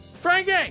Frankie